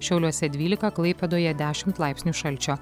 šiauliuose dvylika klaipėdoje dešimt laipsnių šalčio